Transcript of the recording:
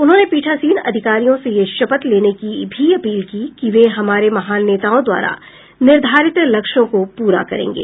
उन्होंने पीठासीन अधिकारियों से यह शपथ लेने की भी अपील की कि वे हमारे महान नेताओं द्वारा निर्धारित लक्ष्यों को पूरा करेंगे